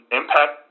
impact